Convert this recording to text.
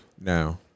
Now